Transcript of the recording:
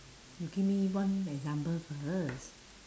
you give me one example first